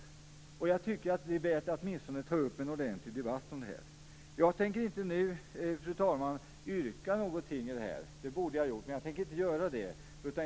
Jag tycker att det är värt att åtminstone ta upp en ordentlig debatt om det. Jag tänker inte nu, fru talman, göra något yrkande. Det borde jag ha gjort, men jag tänker inte göra det.